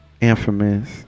Infamous